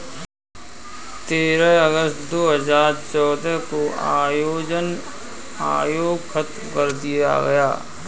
तेरह अगस्त दो हजार चौदह को योजना आयोग खत्म कर दिया गया